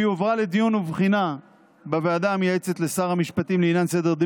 הועברה לדיון ובחינה בוועדה המייעצת לשר המשפטים לעניין סדר דין